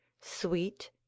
sweet